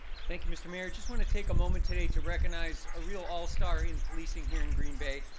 thank you mister mayor, just wanted to take a moment today to recognize a real all star in policing here in green bay.